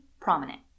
prominent